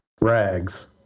rags